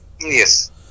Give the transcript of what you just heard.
Yes